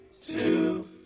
two